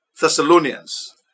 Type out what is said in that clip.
Thessalonians